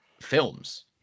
films